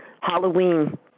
Halloween